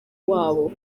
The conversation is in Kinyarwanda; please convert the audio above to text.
wabo